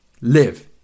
live